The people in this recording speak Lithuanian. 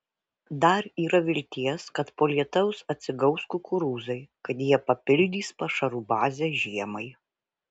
dar yra vilties kad po lietaus atsigaus kukurūzai kad jie papildys pašarų bazę žiemai